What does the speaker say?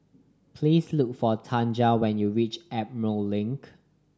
please look for Tanja when you reach Emerald Link